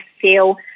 feel